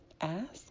ask